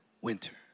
winter